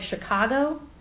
Chicago